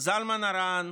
זלמן ארן,